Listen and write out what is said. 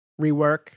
Rework